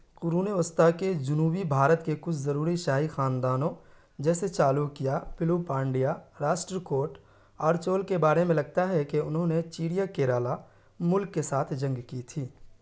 قرون وسطیٰ کے جنوبی بھارت کے کچھ ضروری شاہی خاندانوں جیسے چالوکیہ پلّو پانڈیا راشٹر کوٹ اور چول کے بارے میں لگتا ہے کہ انہوں نے چیریا کیرالا ملک کے ساتھ جنگ کی تھی